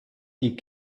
die